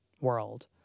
world